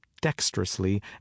dexterously